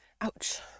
Ouch